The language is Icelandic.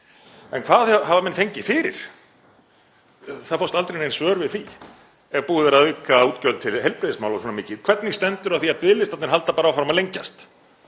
En hvað hafa menn fengið fyrir? Það fást aldrei nein svör við því. Ef búið er að auka útgjöld til heilbrigðismála svona mikið, hvernig stendur á því að biðlistarnir halda bara áfram að lengjast?